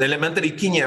elementariai kinija